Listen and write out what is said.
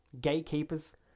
gatekeepers